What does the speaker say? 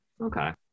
Okay